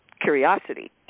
curiosity